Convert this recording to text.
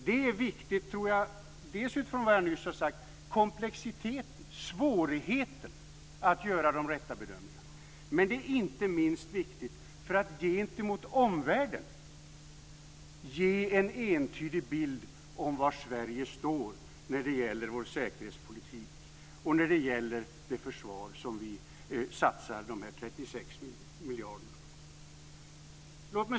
Det är viktigt utifrån vad jag nyss har sagt, nämligen svårigheten att göra de rätta bedömningarna. Men det är inte minst viktigt för att gentemot omvärlden ge en entydig bild av var Sverige står när det gäller vår säkerhetspolitik och det försvar som vi satsar 36 miljarder på.